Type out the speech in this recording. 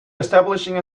establishing